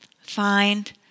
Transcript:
find